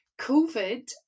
COVID